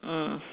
mm